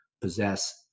possess